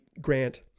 Grant